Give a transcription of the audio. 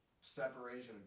separation